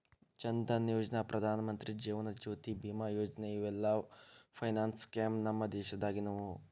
ಜನ್ ಧನಯೋಜನಾ, ಪ್ರಧಾನಮಂತ್ರಿ ಜೇವನ ಜ್ಯೋತಿ ಬಿಮಾ ಯೋಜನಾ ಇವೆಲ್ಲ ಫೈನಾನ್ಸ್ ಸ್ಕೇಮ್ ನಮ್ ದೇಶದಾಗಿನವು